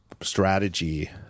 strategy